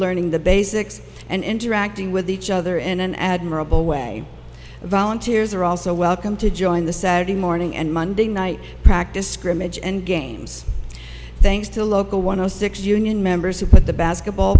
learning the basics and interacting with each other in an admirable way volunteers are also welcome to join the saturday morning and monday night practice scrimmage and games thanks to local one hundred six union members who put the basketball